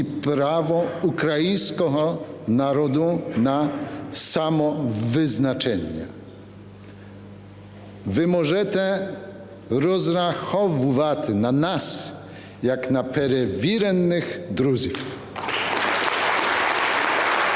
і право українського народу на самовизначення. Ви можете розраховувати на нас як на перевірених друзів. (Оплески)